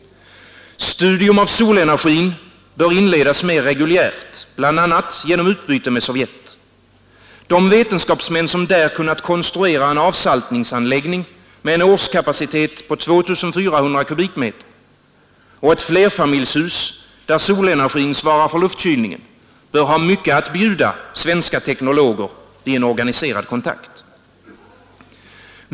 Studium av solenergin bör inledas mer reguljärt, bl.a. genom utbyte med Sovjet. De vetenskapsmän som där kunnat konstruera en avsaltningsanläggning, med en årskapacitet på 2400 kbm, och ett flerfamiljshus, där solenergin svarar för luftkylningen, bör ha mycket att bjuda svenska teknologer vid en organiserad kontakt.